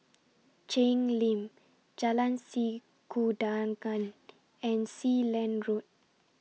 Cheng Lim Jalan Sikudangan and Sealand Road